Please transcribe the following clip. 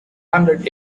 hundred